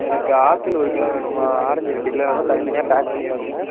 எனக்கு ஆப்பிள் ஒரு கிலோ வேணும்மா ஆரஞ்சு ரெண்டு கிலோ வேணும் தனித்தனியாக பேக் பண்ணி வேணும்மா